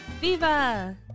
Viva